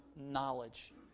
knowledge